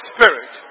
Spirit